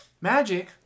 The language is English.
Magic